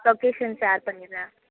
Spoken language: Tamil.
லொக்கேஷன் ஷேர் பண்ணிடுறேன்